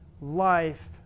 life